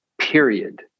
period